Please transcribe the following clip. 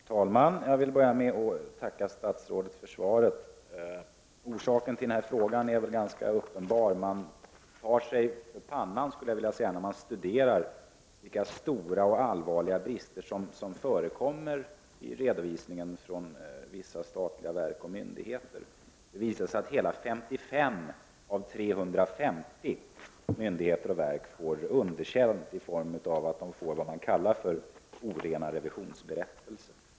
Herr talman! Jag vill börja med att tacka statsrådet för svaret. Orsaken till frågan är väl ganska uppenbar. Man tar sig för pannan, när man studerar vilka stora och allvarliga brister som förekommer i redovisningarna från vissa statliga verk och myndigheter. Det visar sig att så många som 55 av 350 myndigheter och verk får underkänt i form av att de får vad man kallar orena revisionsberättelser.